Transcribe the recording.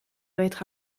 être